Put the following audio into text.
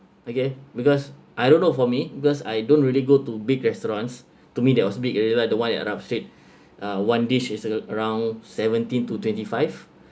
okay because I don't know for me because I don't really go to big restaurants to me that was big already lah the one at arab street uh one dish is a~ around seventeen to twenty five